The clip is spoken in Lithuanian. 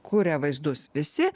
kuria vaizdus visi